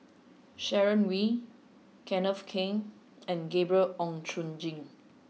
Sharon Wee Kenneth Keng and Gabriel Oon Chong Jin